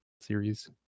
series